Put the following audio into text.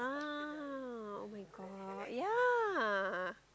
ah [oh]-my-god ya